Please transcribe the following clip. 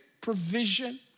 provision